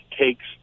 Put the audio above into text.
takes